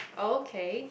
oh okay